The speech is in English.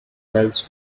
wales